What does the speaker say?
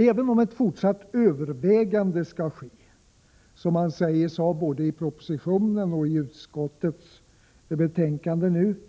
Även om — som det sägs både i propositionen och i detta utskottsbetänkande — ett fortsatt övervägande skall